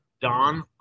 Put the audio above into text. Don